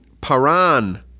Paran